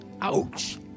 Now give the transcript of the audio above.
Ouch